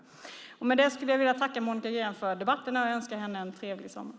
Med det skulle jag vilja tacka Monica Green för debatterna och önska henne en trevlig sommar.